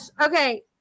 Okay